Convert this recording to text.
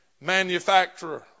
manufacturer